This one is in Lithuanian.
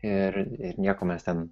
ir ir nieko mes ten